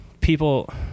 people